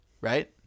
right